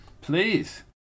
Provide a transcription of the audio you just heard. Please